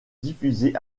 diffusées